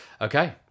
Okay